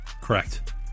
Correct